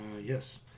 Yes